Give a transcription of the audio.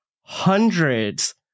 hundreds